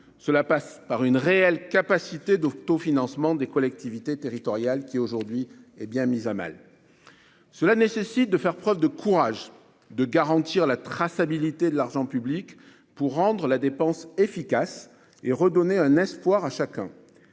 Cela passe par une réelle capacité d'autofinancement des collectivités territoriales, laquelle est bien mise à mal aujourd'hui. Cela nécessite de faire preuve de courage, en garantissant la traçabilité de l'argent public, pour rendre la dépense efficace et redonner un espoir à chacun.